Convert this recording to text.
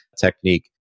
technique